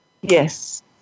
Yes